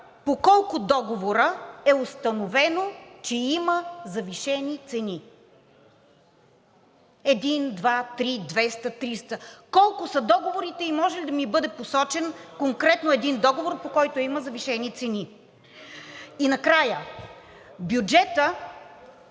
по колко договора е установено, че има завишени цени? Един, два, три, двеста, триста? Колко са договорите и може ли да ми бъде посочен конкретно един договор, по който има завишени цени? И накрая, бюджетът